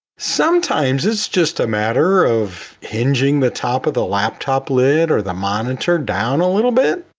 sometimes it's just a matter of hinging the top of the laptop lid or the monitor down a little bit,